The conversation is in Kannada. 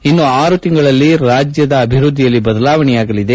ಇನ್ನೂ ಆರು ತಿಂಗಳಲ್ಲಿ ರಾಜ್ಯದ ಅಭಿವೃದ್ಧಿಯಲ್ಲಿ ಬದಲಾವಣೆಯಾಗಲಿದೆ